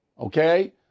okay